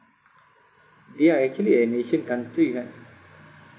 they are actually an asian country right